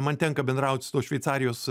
man tenka bendraut su tos šveicarijos